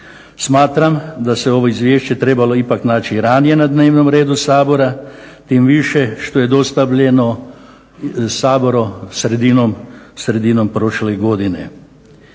Smatram da se ovo Izvješće trebalo ipak naći ranije na dnevnom redu Sabora tim više što je dostavljeno Saboru sredinom prošle godine.